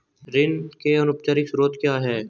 ऋण के अनौपचारिक स्रोत क्या हैं?